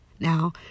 Now